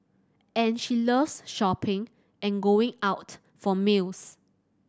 and she loves shopping and going out for meals